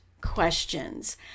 questions